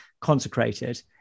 consecrated